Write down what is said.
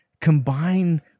combine